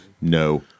no